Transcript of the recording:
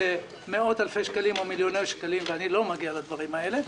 במאות אלפי שקלים או מיליוני שקלים ואני לא מגיע לדברים האלה,